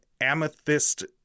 amethyst